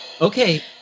Okay